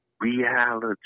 Reality